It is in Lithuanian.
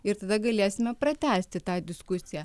ir tada galėsime pratęsti tą diskusiją